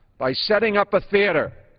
by setting up a theater,